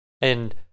and-